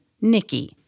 Nikki